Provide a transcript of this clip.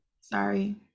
Sorry